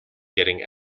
getting